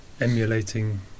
emulating